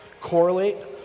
correlate